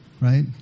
right